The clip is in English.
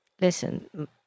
Listen